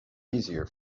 easier